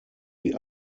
die